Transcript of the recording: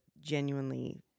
genuinely